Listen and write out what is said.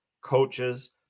coaches